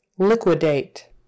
Liquidate